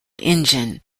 engine